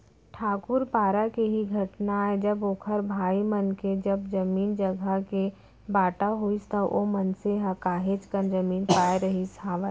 ठाकूर पारा के ही घटना आय जब ओखर भाई मन के जब जमीन जघा के बाँटा होइस त ओ मनसे ह काहेच कन जमीन पाय रहिस हावय